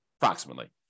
approximately